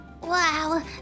Wow